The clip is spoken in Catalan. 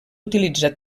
utilitzar